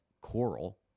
coral